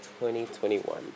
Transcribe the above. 2021